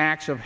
acts of